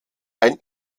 ein